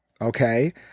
Okay